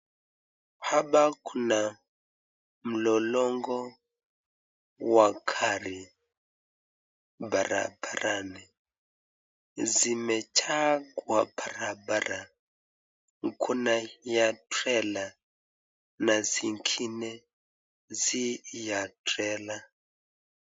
Hapa kuna mlolongo wa gari barabarani. Zimejaa kwa barabara. Kuna ya trela na zingine si ya trela.